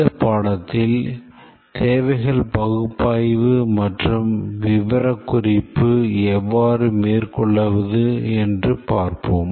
இந்த பாடத்தில் தேவைகள் பகுப்பாய்வு மற்றும் விவரக்குறிப்பை எவ்வாறு மேற்கொள்வது என்று பார்ப்போம்